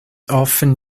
often